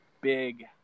big